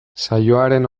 saioaren